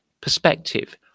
perspective